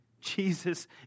Jesus